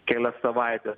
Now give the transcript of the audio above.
kelias savaites